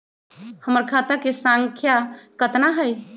हमर खाता के सांख्या कतना हई?